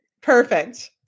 Perfect